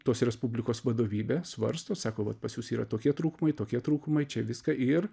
tos respublikos vadovybę svarsto sako vat pas jus yra tokie trūkumai tokie trūkumai čia viską ir